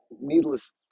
needless